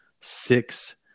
Six